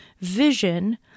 vision